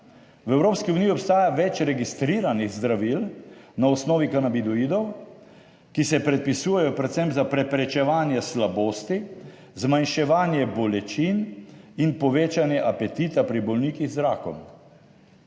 V Evropski uniji obstaja več registriranih zdravil na osnovi kanabinoidov, ki se predpisujejo predvsem za preprečevanje slabosti, zmanjševanje bolečin in povečanje apetita pri bolnikih z rakom